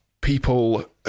people